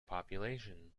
population